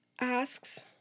asks